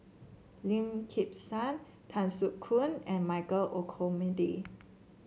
Lim Kim San Tan Soo Khoon and Michael Olcomendy